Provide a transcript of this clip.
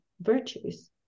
virtues